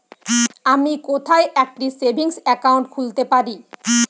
আমি কোথায় একটি সেভিংস অ্যাকাউন্ট খুলতে পারি?